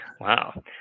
wow